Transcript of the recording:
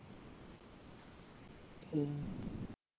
mm